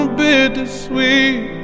bittersweet